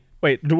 Wait